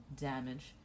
damage